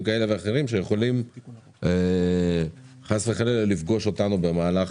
כאלה ואחרים שיכולים חס וחלילה לפגוש אותנו במהלך